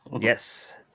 Yes